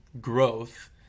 growth